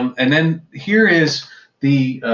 and and here is the.